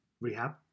rehab